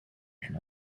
and